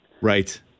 Right